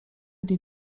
dni